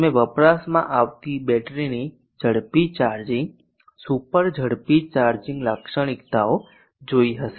તમે વપરાશમાં આવતી બેટરીની ઝડપી ચાર્જિંગ સુપર ઝડપી ચાર્જિંગ લાક્ષણિકતાઓ જોઇ હશે